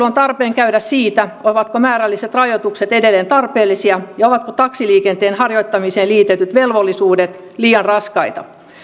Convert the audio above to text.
on tarpeen käydä siitä ovatko määrälliset rajoitukset edelleen tarpeellisia ja ovatko taksiliikenteen harjoittamiseen liitetyt velvollisuudet liian raskaita